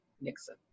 Nixon